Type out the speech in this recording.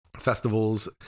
festivals